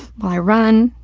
well, i run,